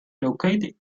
located